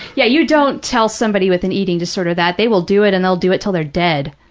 yeah, you don't tell somebody with an eating disorder that. they will do it and they'll do it till they're dead.